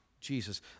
Jesus